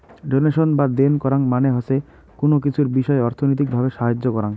donation বা দেন করাং মানে হসে কুনো কিছুর বিষয় অর্থনৈতিক ভাবে সাহায্য করাং